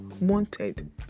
wanted